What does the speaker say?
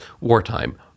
wartime